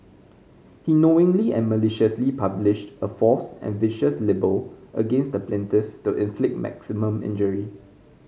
he knowingly and maliciously published a false and vicious libel against the plaintiff to inflict maximum injury